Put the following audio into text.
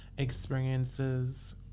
Experiences